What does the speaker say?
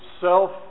self